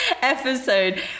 episode